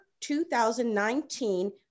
2019